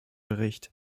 bericht